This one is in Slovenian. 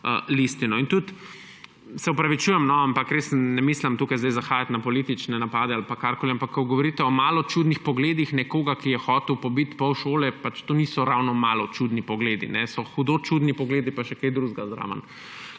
listino. In tudi, se opravičujem, ampak res ne mislim tukaj zdaj zahajati na politične napade ali pa karkoli, ampak, ko govorite o malo čudnih pogledih nekoga, ki je hotel pobiti pol šole, to niso ravno malo čudni pogledi. So hudo čudni pogledi, pa še kaj drugega zraven.